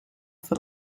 for